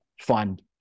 find